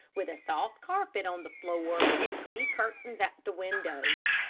with a soft carpet on the floor, and pretty curtains at the windows.